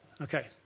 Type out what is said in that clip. Okay